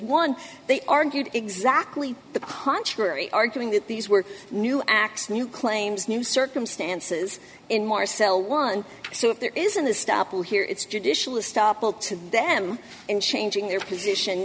one they are argued exactly the contrary arguing that these were new acts new claims new circumstances in more cell one so if there isn't a stop will here it's judicially stoppel to them and changing their position